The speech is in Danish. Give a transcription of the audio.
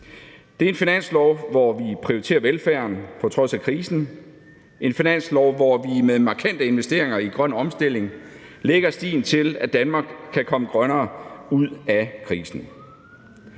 Det er en finanslov, hvor vi prioriterer velfærden på trods af krisen, en finanslov, hvor vi med markante investeringer i grøn omstilling lægger stien til, at Danmark kan komme grønnere ud af krisen.